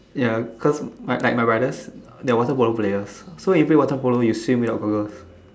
ya cause like my brothers they are water polo players so when they play water polo they swim without goggles